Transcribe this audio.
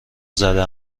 زده